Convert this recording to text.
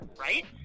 right